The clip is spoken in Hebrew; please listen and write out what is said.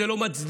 וזה לא מצדיק.